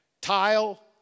tile